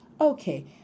Okay